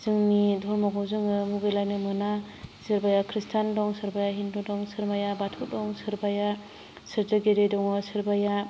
जोंनि धर्मखौ जोङो मुगैलायनो मोना सोरबाया ख्रिस्टान दं सोरबाया हिन्दु दं सोरबाया बाथौ दं सोरबाया सुजुगिरि दङ सोरबाया